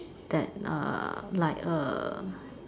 that err like uh